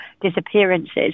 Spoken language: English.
disappearances